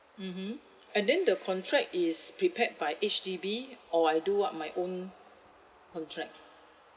mmhmm and then the contract is prepared H_D_B or I do up my own contract